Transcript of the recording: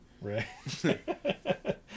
Right